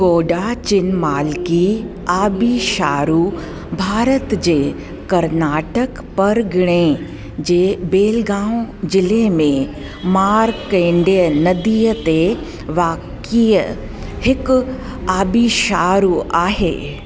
गोडाचिनमाल्की आबिशारु भारत जे कर्नाटक परगिणे जे बेलगांव जिले में मार्कण्डेय नदीअ ते वाक़िअ हिकु आबिशारु आहे